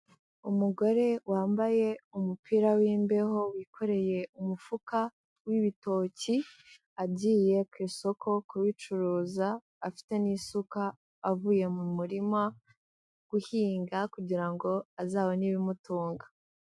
Umugore wambaye umupira w'imbeho, wikoreye umufuka w'ibitoki, agiye ku isoko kubicuruza, afite n'isuka avuye mu murima guhinga, kugira ngo azabone ibimutunga.